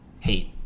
hate